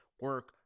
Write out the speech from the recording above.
Work